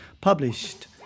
published